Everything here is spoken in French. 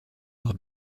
leurs